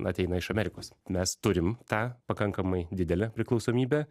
ateina iš amerikos mes turim tą pakankamai didelę priklausomybę